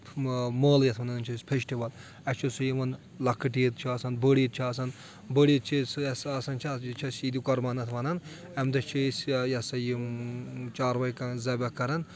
مٲلہٕ یَتھ وَنان چھِ أسۍ فیسٹِول اَسہِ چھُ سُہ یِوان لۄکٕٹ عیٖد چھُ آسان بٔڑ عیٖد چھِ آسان بٔڑ عیٖد چھِ سُہ یۄس آسان چھِ اَسہِ یہِ چھِ عیٖد قۄربان اَتھ وَنان امہِ دۄہ چھِ أسۍ یہِ ہسا یِم چاروٲے کران ذبح کران